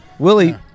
Willie